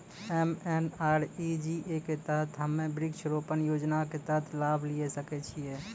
MNREGA के तहत हम्मय वृक्ष रोपण योजना के तहत लाभ लिये सकय छियै?